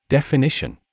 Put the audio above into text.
Definition